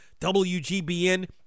WGBN